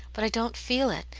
but i don't feel it.